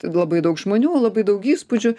labai daug žmonių labai daug įspūdžių